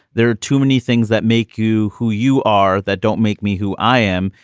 there are too many things that make you who you are that don't make me who i am.